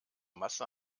masse